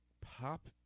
pop